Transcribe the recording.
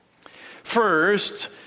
first